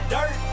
Dirt